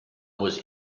was